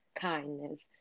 kindness